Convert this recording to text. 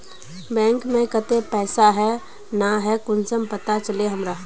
Bank में केते पैसा है ना है कुंसम पता चलते हमरा?